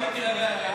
אראל.